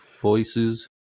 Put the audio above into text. voices